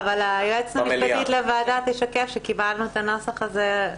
אבל היועצת המשפטית לוועדה תשקף שקיבלנו את הנוסח הזה אתמול.